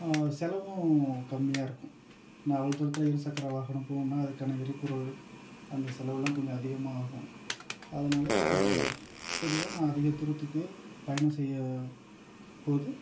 செலவும் கம்மியாக இருக்கும் நான் அவ்வளோ தூரத்தில் இருசக்கர வாகனம் போகணுன்னா அதுக்கான எரிப்பொருள் அந்த செலவெல்லாம் கொஞ்சம் அதிகமாக ஆகும் அதனால் பொதுவாக நான் அதிக தூரத்துக்கு பயணம் செய்ய போது